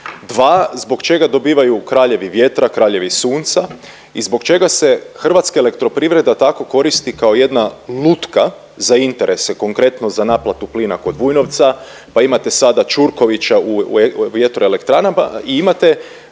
Dva, zbog čega dobivaju kraljevi vjetra, kraljevi sunca i zbog čega se Hrvatska elektroprivreda tako koristi kao jedna lutka za interese? Konkretno za naplatu plina kod Vujnovca, pa imate sada Čurkovića u vjetroelektranama i imate